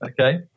Okay